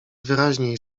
wyraźniej